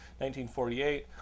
1948